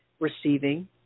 receiving